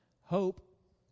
Hope